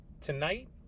tonight